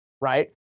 right